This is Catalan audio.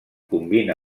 combina